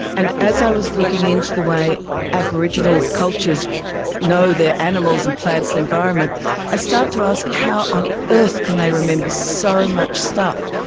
and as i was looking into the way aboriginal cultures know their animals and plants and environment i started to ask how on earth can they remember so much stuff.